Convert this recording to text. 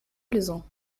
plaisant